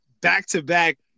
back-to-back